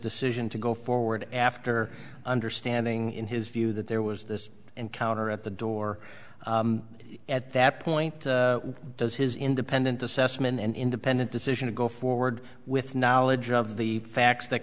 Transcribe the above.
decision to go forward after understanding in his view that there was this encounter at the door at that point does his independent assessment and independent decision to go forward with knowledge of the facts that